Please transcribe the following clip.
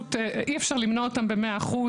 פשוט אי אפשר למנוע אותם ב-100 אחוז.